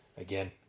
Again